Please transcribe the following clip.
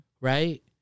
right